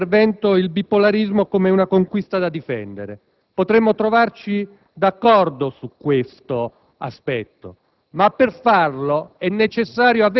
ha rivendicato, nel suo intervento, il bipolarismo come una conquista da difendere. Potremmo trovarci d'accordo su questo aspetto.